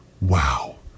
Wow